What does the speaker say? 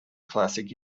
classic